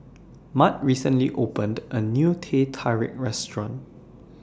Mart recently opened A New Teh Tarik Restaurant